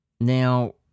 Now